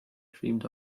dreamed